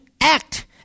act